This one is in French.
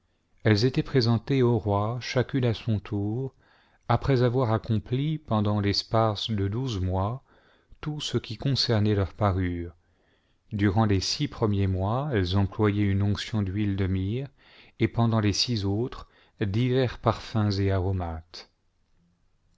elles étaient présentées au roi chacune à son tour après avoir accompli pendant l'espace de douze mois tout ce qui concernait leur parure durant les six premiers mois elles employaient une onction d'huile de myrrhe et pendant les six autres divers parfums et aromates